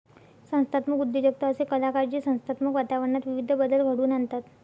संस्थात्मक उद्योजकता असे कलाकार जे संस्थात्मक वातावरणात विविध बदल घडवून आणतात